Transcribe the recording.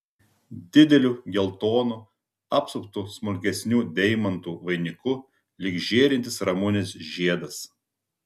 dideliu geltonu apsuptu smulkesnių deimantų vainiku lyg žėrintis ramunės žiedas